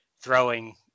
throwing